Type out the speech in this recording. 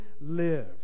live